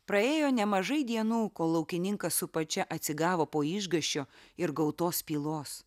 praėjo nemažai dienų kol laukininkas su pačia atsigavo po išgąsčio ir gautos pylos